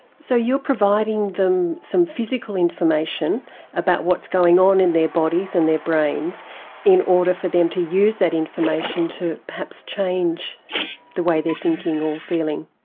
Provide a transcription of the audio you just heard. so you're providing them some physical information about what's going on in their bodies and their brains in order for them to use that information to perhaps change the way they're thinking or feeling.